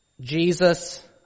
Jesus